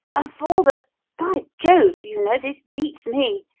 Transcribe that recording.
of all the by jove! you know, this beats me!